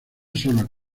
sola